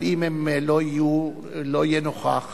אבל אם הוא לא יהיה נוכח